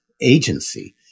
agency